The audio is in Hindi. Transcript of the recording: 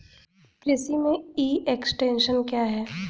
कृषि में ई एक्सटेंशन क्या है?